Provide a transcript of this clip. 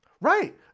right